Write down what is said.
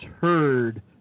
heard